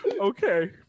Okay